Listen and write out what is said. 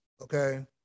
Okay